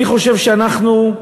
אני חושב שאנחנו,